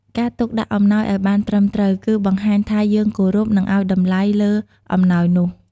ការទុកដាក់អំណោយឲ្យបានត្រឹមត្រូវគឺ បង្ហាញថាយើងគោរព និងឲ្យតម្លៃលើអំណោយនោះ។